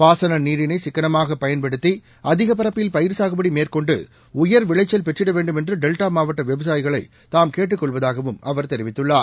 பாசன நீரினை சிக்கனமாக பயன்படுத்தி அதிக பரப்பில் பயிர் சாகுபடி மேற்கொண்டு உயர் விளைச்சல் பெற்றிட வேண்டும் என்று டெல்டா மாவட்ட விவாசயிகளை தாம் கேட்டுக் கொள்வதாகவும் அவர் தெரிவித்துள்ளார்